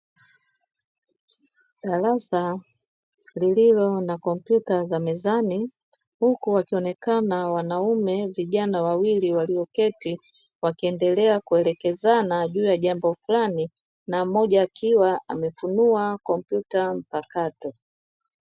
Darasa lililo na kompyuta za mezani, huku wakionekana wanaume (vijana wawili) walioketi wakiendelea kuelekezana juu ya jambo fulani na mmoja akiwa amefunua kompyuta mpakato.